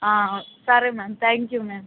సరే ma'am thank you ma'am